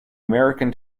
american